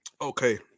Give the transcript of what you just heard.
Okay